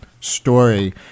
story